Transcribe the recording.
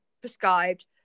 prescribed